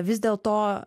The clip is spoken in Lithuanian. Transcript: vis dėlto